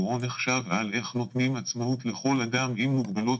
בואו נחשוב על איך נותנים עצמאות לכל אדם עם מוגבלות.